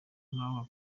nk’aho